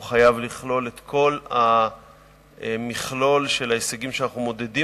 הוא חייב לכלול את כל המכלול של ההישגים שאנחנו מודדים,